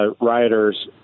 rioters